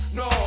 no